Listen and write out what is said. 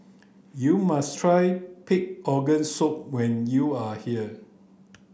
you must try pig' organ soup when you are here